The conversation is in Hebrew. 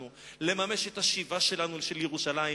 מאליו: ירושלים